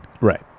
Right